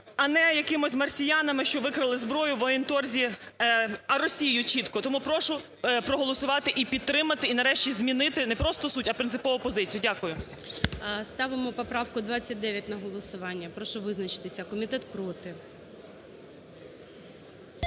а не якимись марсіянами, що викрали зброю в воєнторзі, а Росією – чітко. Тому прошу проголосувати і підтримати і нарешті змінити не просто суть, а принципову позицію. Дякую. ГОЛОВУЮЧИЙ. Ставимо поправку 29 на голосування. Прошу визначитися. Комітет проти.